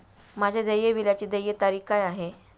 माझ्या देय बिलाची देय तारीख काय आहे?